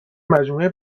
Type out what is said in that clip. مجموعه